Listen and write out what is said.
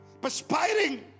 Perspiring